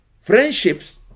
Friendships